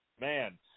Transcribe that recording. man